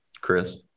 Chris